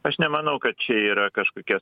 aš nemanau kad čia yra kažkokie